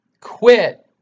quit